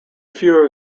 few